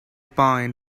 pine